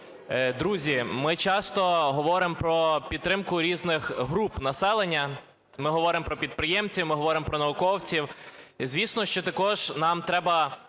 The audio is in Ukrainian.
Друзі, ми часто говоримо про підтримку різних груп населення, ми говоримо про підприємців, ми говоримо про науковців. Звісно, що також нам треба